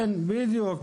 בדיוק,